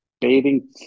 bathing